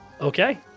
Okay